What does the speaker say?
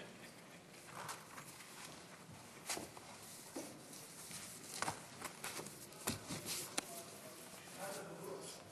ראשונת הדוברות.